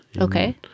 Okay